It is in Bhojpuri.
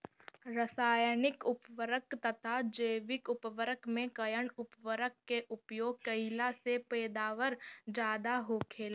रसायनिक उर्वरक तथा जैविक उर्वरक में कउन उर्वरक के उपयोग कइला से पैदावार ज्यादा होखेला?